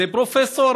זה פרופסור?